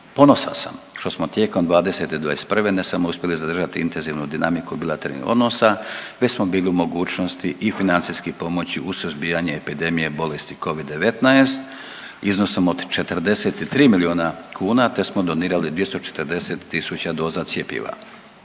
ponosan sam što smo tijekom 2020. i 2021. ne samo uspjeli zadržati intenzivnu dinamiku bilateralnih odnosa već smo bili u mogućnosti i financijski pomoći u suzbijanju epidemije bolesti covid-19 iznosom od 43 milijuna kuna, te smo donirali 240 000 doza cjepiva.